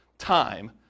Time